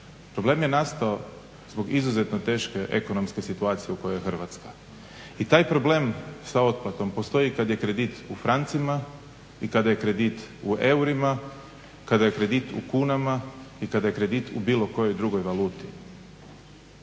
problem je nastao zbog izuzetno teške ekonomske situacije u kojoj je Hrvatska. I taj problem sa otplatom postoji kad je kredit u francima i kada je kredit u eurima kada je kredit u kunama i kada je kredit u bilo kojoj drugoj valuti.